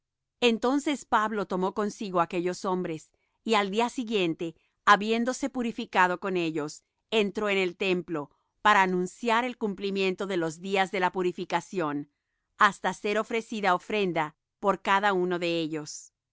entonces pablo tomó consigo aquellos hombres y al día siguiente habiéndose purificado con ellos entró en el templo para anunciar el cumplimiento de los días de la purificación hasta ser ofrecida ofrenda por cada uno de ellos